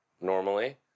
normally